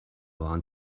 around